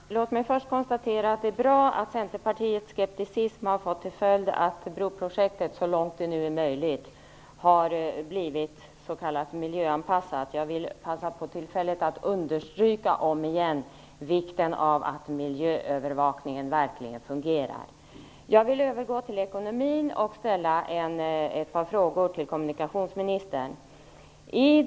Herr talman! Låt mig först konstatera att det är bra att Centerpartiets skepticism har fått till följd att broprojektet så långt det nu är möjligt har blivit så att säga miljöanpassat. Jag vill passa på tillfället att om igen understryka vikten av att miljöövervakningen verkligen fungerar. Jag vill övergå till ekonomin och ställa ett par frågor till kommunikationsministern.